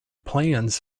plans